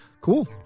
cool